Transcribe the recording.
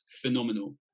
phenomenal